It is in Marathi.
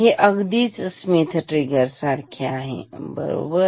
हे अगदीच स्मिथ ट्रिगर सारखे आहे बरोबर